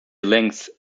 length